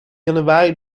januari